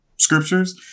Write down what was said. Scriptures